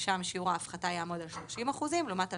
שם שיעור ההפחתה יעמוד על 30 אחוזים לעומת 2025,